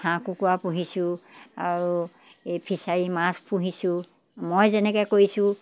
হাঁহ কুকুৰা পুহিছোঁ আৰু এই ফিচাৰী মাছ পুহিছোঁ মই যেনেকৈ কৰিছোঁ